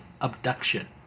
Abduction